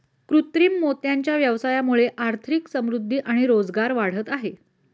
कृत्रिम मोत्यांच्या व्यवसायामुळे आर्थिक समृद्धि आणि रोजगार वाढत आहे